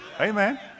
Amen